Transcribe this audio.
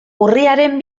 urriaren